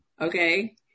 okay